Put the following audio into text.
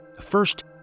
First